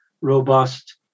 robust